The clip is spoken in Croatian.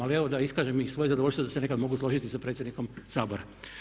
Ali evo da iskažem i svoje zadovoljstvo da se nekad mogu složiti sa predsjednikom Sabora.